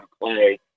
play